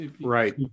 Right